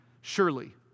surely